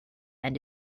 and